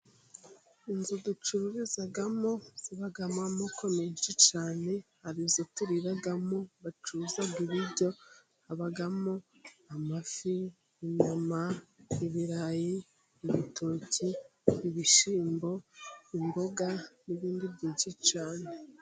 Inzu ducururizamo zibamo amoko menshi cyane, hari izo turiramo, bacuza ibiryo, habamo amafi, inyuma, ibirayi, ibitoke, ibishyimbo, imboga n'ibindi byinshi cyane.